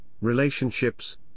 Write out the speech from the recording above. relationships